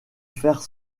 faire